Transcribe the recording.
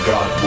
God